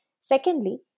Secondly